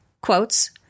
quotes